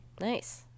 Nice